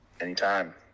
Anytime